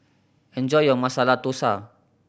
enjoy your Masala Dosa